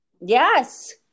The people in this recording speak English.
Yes